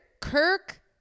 Kirk